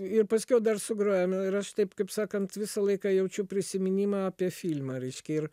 ir paskiau dar sugroja nu ir aš taip kaip sakant visą laiką jaučiu prisiminimą apie filmą reiškia ir